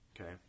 Okay